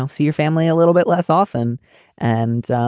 um see your family a little bit less often and